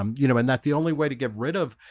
um you know, and that the only way to get rid of